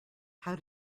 how